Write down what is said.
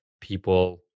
people